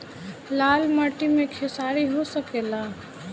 लाल माटी मे खेसारी हो सकेला?